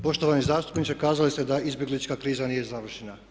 Poštovani zastupniče kazali ste da izbjeglička kriza nije završena.